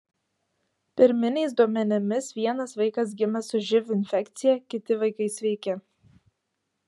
pirminiais duomenimis vienas vaikas gimė su živ infekcija kiti vaikai sveiki